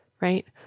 Right